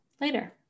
later